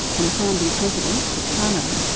and the founding president, sukarno,